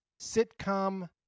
sitcom